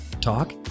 talk